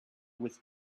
with